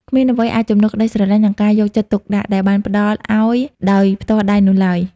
គ្មានអ្វីអាចជំនួសក្តីស្រឡាញ់ និងការយកចិត្តទុកដាក់ដែលបានផ្តល់ឲ្យដោយផ្ទាល់ដៃនោះឡើយ។